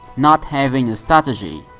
not having a strategy